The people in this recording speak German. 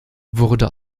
wurde